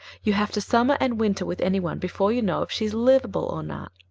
you have to summer and winter with any one before you know if she's livable or not.